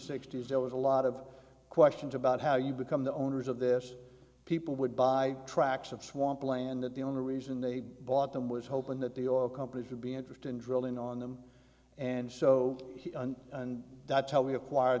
there was a lot of questions about how you become the owners of this people would buy tracks of swamp land that the only reason they bought them was hoping that the oil companies would be interested in drilling on them and so on and that's how we